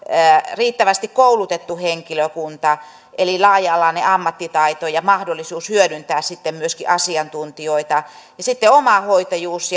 riittävästi koulutettu henkilökunta eli laaja alainen ammattitaito ja mahdollisuus hyödyntää sitten myöskin asiantuntijoita ja sitten omahoitajuus